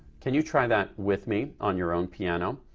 can you try that with me on your own piano?